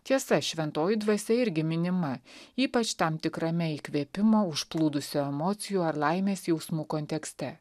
tiesa šventoji dvasia irgi minima ypač tam tikrame įkvėpimo užplūdusių emocijų ar laimės jausmų kontekste